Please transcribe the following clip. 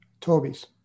Toby's